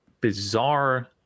bizarre